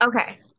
Okay